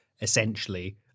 essentially